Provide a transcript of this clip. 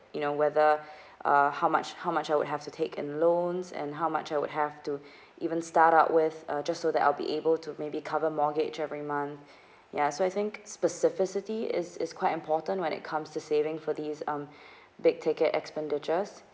you know whether uh how much how much I would have to take a loans and how much I would have to even start up with uh just so that I'll be able to maybe cover mortgage every month ya so I think specificity is is quite important when it comes to saving for these um big ticket expenditures